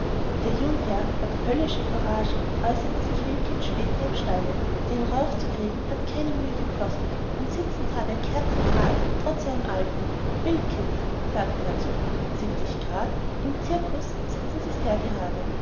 der jungherr hat höllisch courage äußerte sich wilkins später im stalle den rauf zu kriegen hat keine mühe gekostet und sitzen that er kerzengrad trotz seinem alter wilkins sagt er zu mir sitz ich gerad im cirkus sitzen sie sehr gerade